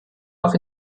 auf